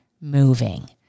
moving